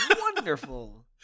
Wonderful